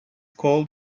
called